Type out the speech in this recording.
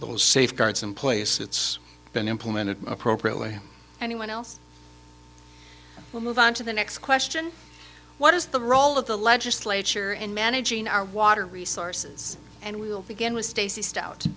little safeguards in place it's been implemented appropriately anyone else will move on to the next question what is the role of the legislature in managing our water resources and we will begin with stacey stout